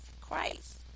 Christ